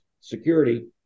security